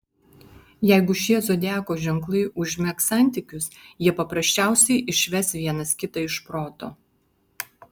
jeigu šie zodiako ženklai užmegs santykius jie paprasčiausiai išves vienas kitą iš proto